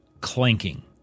clanking